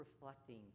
reflecting